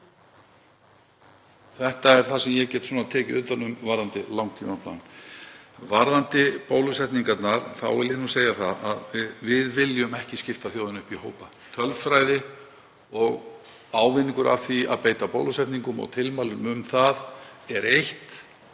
Þetta er það sem ég get tekið utan um varðandi langtímaplan. Varðandi bólusetningarnar vil ég segja að við viljum ekki skipta þjóðinni upp í hópa. Tölfræði og ávinningur af því að beita bólusetningum og tilmæli um það er eitt.